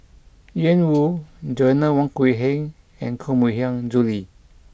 Ian Woo Joanna Wong Quee Heng and Koh Mui Hiang Julie